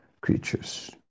creatures